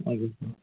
okay sir